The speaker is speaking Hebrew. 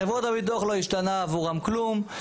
חברות הביטוח לא השתנה עבורם כלום,